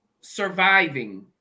surviving